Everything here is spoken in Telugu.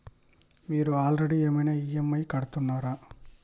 మీరు ఆల్రెడీ ఏమైనా ఈ.ఎమ్.ఐ కడుతున్నారా?